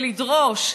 ולדרוש,